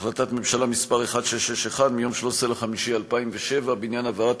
החלטת הממשלה מס' 1661 מיום 13 במאי 2007 בעניין העברת